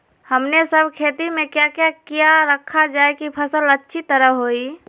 हमने सब खेती में क्या क्या किया रखा जाए की फसल अच्छी तरह होई?